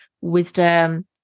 wisdom